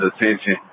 attention